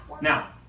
Now